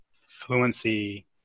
fluency